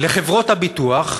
לחברות הביטוח,